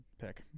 pick